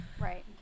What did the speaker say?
right